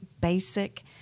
basic